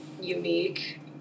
unique